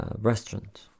restaurant